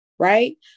right